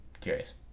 curious